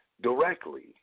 directly